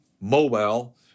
mobile